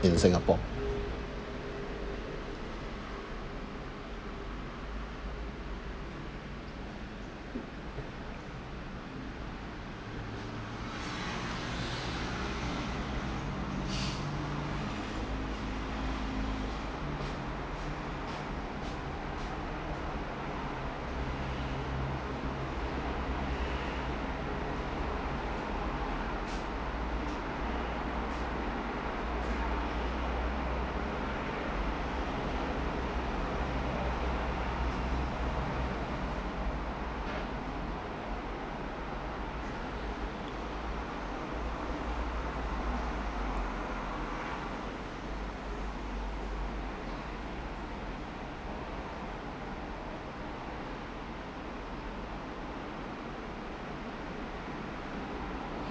in singapore